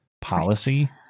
policy